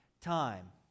time